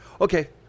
Okay